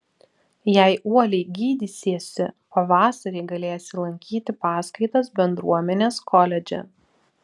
jei uoliai gydysiesi pavasarį galėsi lankyti paskaitas bendruomenės koledže